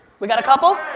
we got a couple?